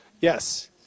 yes